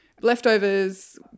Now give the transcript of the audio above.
Leftovers